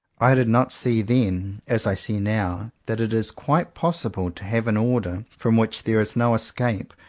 i did not see then, as i see now, that it is quite possible to have an order from which there is no escape,